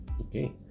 Okay